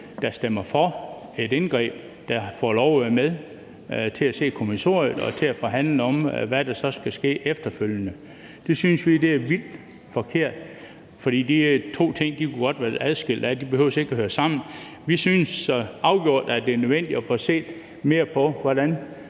der stemmer for et indgreb, der får lov at være med til at se kommissoriet og til at forhandle om, hvad der så skal ske efterfølgende. Det synes vi er vildt forkert, for de to ting kunne godt have været adskilt. De behøver ikke at høre sammen. Vi synes så afgjort, at det er nødvendigt at få set mere på, hvordan